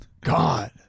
God